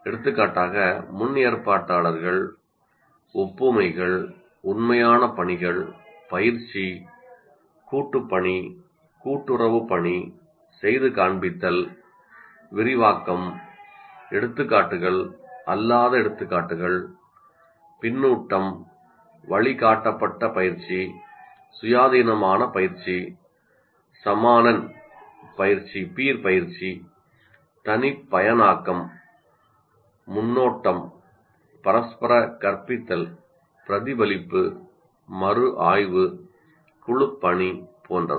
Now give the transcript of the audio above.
எடுத்துக்காட்டாக முன்கூட்டியே அமைப்பாளர்கள் ஒப்புமைகள் உண்மையான பணிகள் பயிற்சி கூட்டுப்பணி கூட்டுறவு பணி செய்து காண்பித்தல் விரிவாக்கம் அல்லாத எடுத்துக்காட்டுகள் பின்னூட்டம் வழிகாட்டப்பட்ட பயிற்சி சுயாதீனமான பயிற்சி சமானன் பயிற்சி தனிப்பயனாக்கம் முன்னோட்டம் பரஸ்பர கற்பித்தல் பிரதிபலிப்பு மறுஆய்வு குழுப்பணி போன்றவை